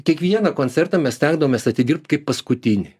kiekvieną koncertą mes stengdavomės atidirbt kaip paskutinį